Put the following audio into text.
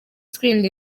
twirinde